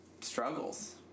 struggles